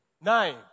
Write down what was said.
Nine